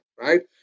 right